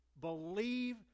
believe